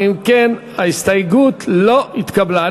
ההסתייגות לא התקבלה.